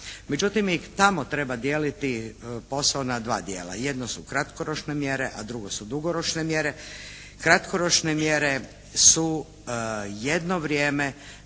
Međutim, i tamo treba dijeliti posao na dva dijela. Jedno su kratkoročne mjere a drugo su dugoročne mjere. Kratkoročne mjere su jedno vrijeme